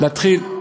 להתחיל,